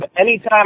anytime